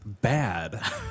bad